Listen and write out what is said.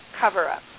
cover-up